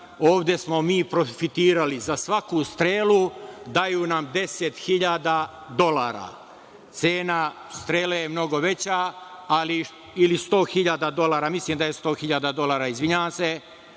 ovde smo mi profitirali, za svaku strelu, daju nam 10.000 dolara. Cena strele je mnogo veća, ili 100.000 dolara, mislim da je 100.000 dolara, izvinjavam se,